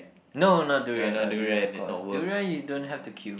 no not durian not durian of course durian you don't have to queue